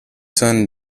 son